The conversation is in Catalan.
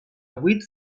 vuit